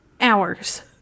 hours